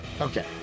Okay